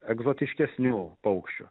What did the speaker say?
egzotiškesnių paukščių